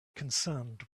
concerned